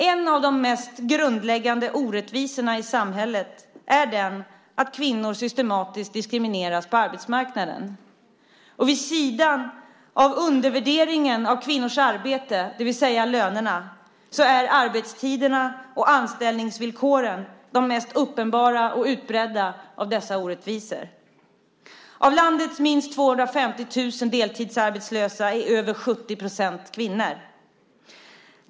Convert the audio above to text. En av de mest grundläggande orättvisorna i samhället är den att kvinnor systematiskt diskrimineras på arbetsmarknaden. Vid sidan av undervärderingen av kvinnors arbete, det vill säga lönerna, är arbetstiderna och anställningsvillkoren de mest uppenbara och utbredda av dessa orättvisor. Av landets minst 250 000 deltidsarbetslösa är över 70 % kvinnor.